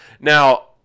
Now